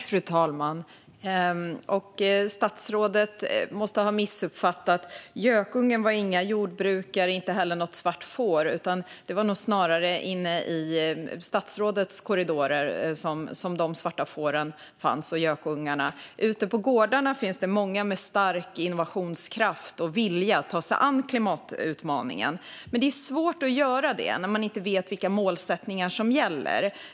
Fru talman! Statsrådet måste ha missuppfattat. Det var inte jordbrukare som var gökungen eller det svarta fåret, utan de finns nog snarare i statsrådets korridorer. Ute på gårdarna finns det många med stark innovationskraft och vilja att ta sig an klimatutmaningen, men det är svårt att göra detta när man inte vet vilka målsättningar som gäller.